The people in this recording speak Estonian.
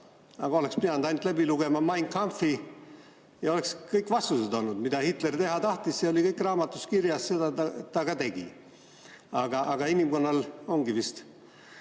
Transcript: Aga oleks pidanud ainult läbi lugema "Mein Kampfi" ja oleks olnud kõik vastused. Mida Hitler teha tahtis, see oli kõik raamatus kirjas ja seda ta ka tegi. Aga inimkonnal ongi vist